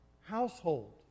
household